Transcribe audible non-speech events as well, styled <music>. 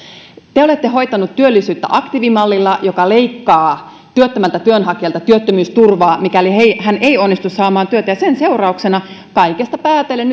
te olette hoitaneet työllisyyttä aktiivimallilla joka leikkaa työttömältä työnhakijalta työttömyysturvaa mikäli hän ei onnistu saamaan työtä ja kaikesta päätellen <unintelligible>